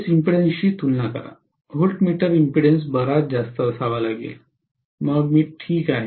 base इम्पेडन्सशी तुलना करा व्होल्टमीटर इम्पेडन्स बराच जास्त असावा लागेल मग मी ठीक आहे